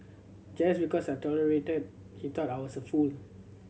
just because I tolerated he thought I was a fool